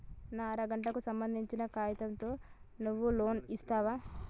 నా అర గంటకు సంబందించిన కాగితాలతో నువ్వు లోన్ ఇస్తవా?